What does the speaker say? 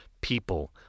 people